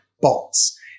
bots